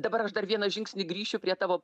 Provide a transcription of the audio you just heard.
dabar aš dar vieną žingsnį grįšiu prie tavo